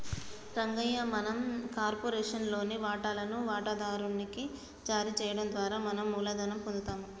రంగయ్య మనం కార్పొరేషన్ లోని వాటాలను వాటాదారు నికి జారీ చేయడం ద్వారా మనం మూలధనం పొందుతాము